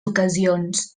ocasions